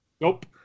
Nope